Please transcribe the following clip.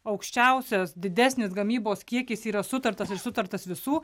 aukščiausias didesnis gamybos kiekis yra sutartas ir sutartas visų